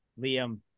liam